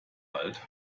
alt